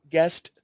Guest